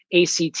ACT